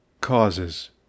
Causes